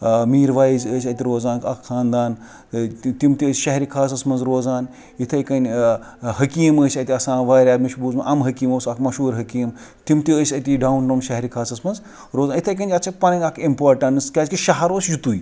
میٖر وایِض ٲسۍ اَتہِ روزان اَکھ خانٛدان تِم تہِ ٲسۍ شہرِ خاصَس منٛز روزان یِتھٕے کٕنۍ حکیٖم ٲس اَتہِ آسان واریاہ مےٚ چھُ بوٗزمُت اَمہٕ حکیٖم اوس اَکھ مَشہوٗر حکیٖم تِم تہِ ٲسۍ أتی ڈاوُن ٹاوُن شہرِخاصَس منٛز روزان یِتھٕے کٕنۍ یَتھ چھِ پَنٕنۍ اَکھ اِمپارٹینٕس کیازکہِ شَہَر اوس یُتُے